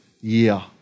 year